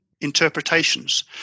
interpretations